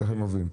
איך הם עובדים?